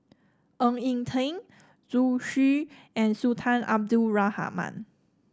Ng Eng Teng Zhu Xu and Sultan Abdul Rahman